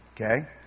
Okay